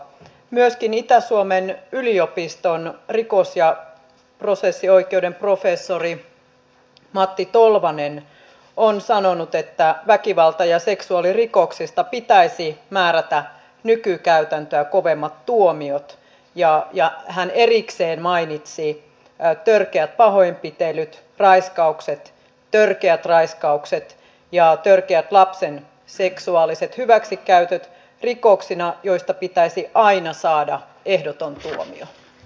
myöskin itä suomen yliopiston rikos ja prosessioikeuden professori matti tolvanen on sanonut että väkivalta ja seksuaalirikoksista pitäisi määrätä nykykäytäntöä kovemmat tuomiot ja hän erikseen mainitsi törkeät pahoinpitelyt raiskaukset törkeät raiskaukset ja törkeät lapsen seksuaaliset hyväksikäytöt rikoksina joista pitäisi aina saada ehdoton tuomio